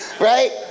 Right